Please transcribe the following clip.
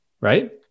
Right